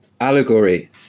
allegory